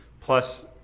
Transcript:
Plus